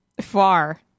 Far